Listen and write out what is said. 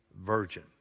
virgin